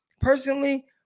Personally